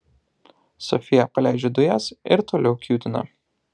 sofija paleidžia dujas ir toliau kiūtina